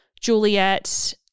Juliet